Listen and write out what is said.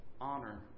honor